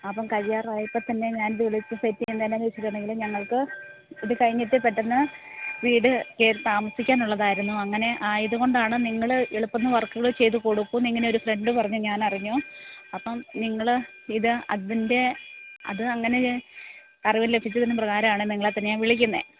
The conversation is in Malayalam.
അപ്പം കഴിയാറായപ്പം തന്നെ ഞാൻ ഇത് വിളിച്ച് സെറ്റ് ചെയ്യുന്നത് എന്നാന്ന് വെച്ചിട്ടുണ്ടെങ്കിൽ ഞങ്ങള്ക്ക് ഇത് കഴിഞ്ഞിട്ട് പെട്ടന്ന് വീട് കയറി താമസിക്കാൻ ഉള്ളതായിരുന്നു അങ്ങനെ ഇത് കൊണ്ടാണ് നിങ്ങൾ എളുപ്പം വന്ന് വര്ക്ക്കൾ ചെയ്ത് കൊടുക്കും എന്നിങ്ങനെ ഒരു ഫ്രണ്ട് പറഞ്ഞ് ഞാന് അറിഞ്ഞു അപ്പം നിങ്ങൾ ഇത് അട്വിന്റെ അത് അങ്ങനെ അറിവ് ലഭിച്ചതിന് പ്രകാരമാണ് നിങ്ങളെ തന്നെ ഞാന് വിളിക്കുന്നത്